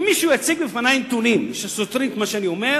אם מישהו יציג בפני נתונים שסותרים את מה שאני אומר,